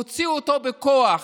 הוציאו אותו בכוח